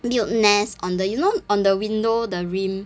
build nest on the you know on the window the rim